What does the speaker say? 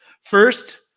First